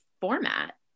format